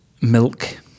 milk